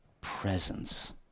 Presence